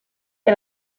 que